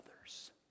others